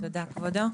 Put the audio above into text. תודה, כבודו.